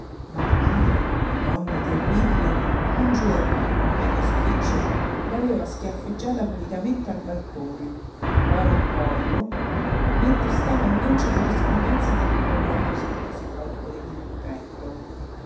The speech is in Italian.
ma la madre donna terribile un giorno rimedio spiccio l'aveva schiaffeggiata pulitamente al balcone coram populo mentre stava in dolce corrispondenza con l'innamorato seduto sul balcone dirimpetto